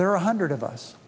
there are a hundred of us